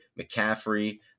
McCaffrey